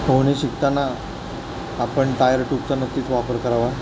पोहणे शिकताना आपण टायर टूबचा नक्कीच वापर करावा